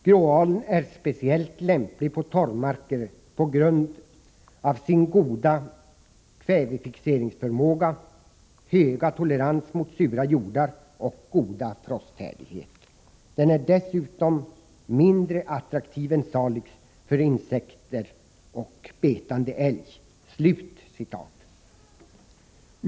Gråalen är speciellt lämplig på torrmarker på grund av sin goda kvävefixeringsförmåga, höga tolerans mot sura jordar och goda frosthärdighet. Den är dessutom mindre attraktiv än Salix för insekter och betande älg.